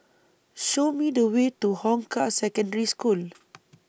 Show Me The Way to Hong Kah Secondary School